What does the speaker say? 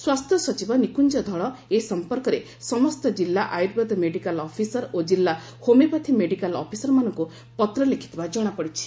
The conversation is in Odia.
ସ୍ୱାସ୍ଥ୍ୟ ସଚିବ ନିକୁଂଜ ଧଳ ଏ ସମ୍ପର୍କରେ ସମସ୍ତ ଜିଲ୍ଲା ଆୟୁର୍ବେଦ ମେଡିକାଲ ଅଫିସର ଓ କିଲ୍ଲା ହୋମିଓପ୍ୟାଥି ମେଡିକାଲ ଅଫିସରମାନଙ୍କ ପତ୍ ଲେଖିଥିବା ଜଣା ପଡିଛି